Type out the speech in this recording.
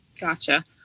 Gotcha